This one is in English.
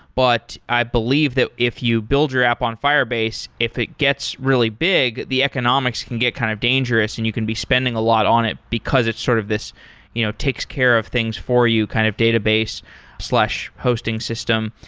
but i believe that if you build your app on firebase, if it gets really big, the economics can get kind of dangerous and you can be spending a lot on it because it's sort of this it you know takes care of things for you kind of database hosting system.